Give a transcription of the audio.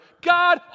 God